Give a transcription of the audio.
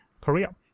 Korea